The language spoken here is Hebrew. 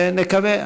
נקווה,